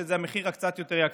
שזה המחיר הקצת-יותר יקר.